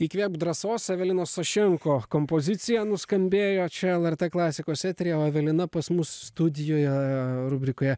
įkvėpk drąsos evelinos sašenko kompozicija nuskambėjo čia lrt klasikos eteryje o evelina pas mus studijoje rubrikoje